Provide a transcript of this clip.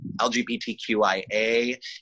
LGBTQIA